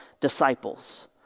disciples